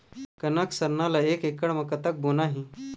कनक सरना ला एक एकड़ म कतक बोना हे?